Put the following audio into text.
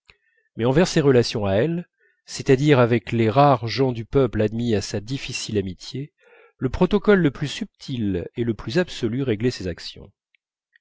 mais envers ses relations à elle c'est-à-dire avec les rares gens du peuple admis à sa difficile amitié le protocole le plus subtil et le plus absolu réglait ses actions